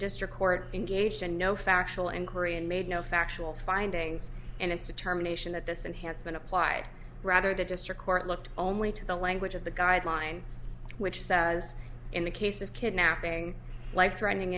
district court in gauged and no factual inquiry and made no factual findings and its determination that this and has been applied rather the district court looked only to the language of the guideline which says in the case of kidnapping life threatening